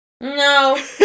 no